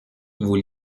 vous